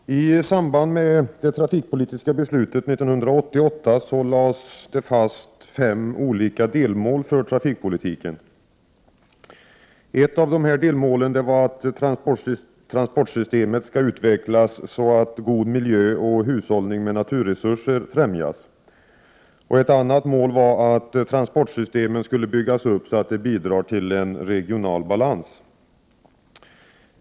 Herr talman! I samband med det trafikpolitiska beslutet 1988 lades fem olika delmål fast för trafikpolitiken. Ett av dessa mål var att transportsystemet skall utvecklas så att god miljö och hushållning med naturresurser främjas. Ett annat mål var att transportsystemet skulle byggas upp så att det bidrar till regional balans.